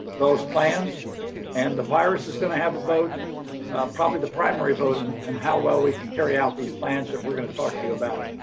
those plans and the virus is going to have a vote probably the primary vote in and how well we can carry out these plans that we're going to talk to you about.